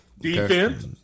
Defense